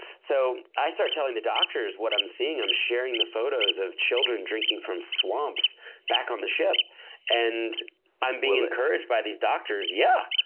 so, i start telling the doctors what i'm seeing. i'm sharing the photos of children drinking from swamps back on the ship and i'm being encouraged by these doctors, yeah,